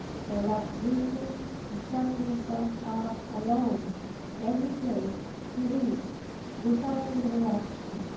i loved reading and shut myself up alone every day to read without interruption.